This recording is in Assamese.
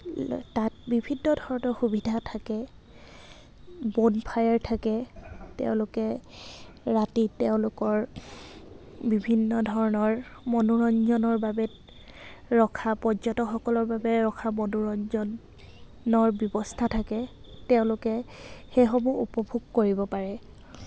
ল তাত বিভিন্ন ধৰণৰ সুবিধা থাকে বনফায়াৰ থাকে তেওঁলোকে ৰাতি তেওঁলোকৰ বিভিন্ন ধৰণৰ মনোৰঞ্জনৰ বাবে ৰখা পৰ্যটকসকলৰ বাবে ৰখা মনোৰঞ্জনৰ ব্যৱস্থা থাকে তেওঁলোকে সেইসমূহ উপভোগ কৰিব পাৰে